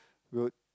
good